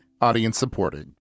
Audience-supported